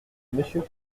monsieur